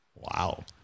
Wow